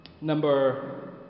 number